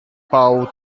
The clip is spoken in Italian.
pau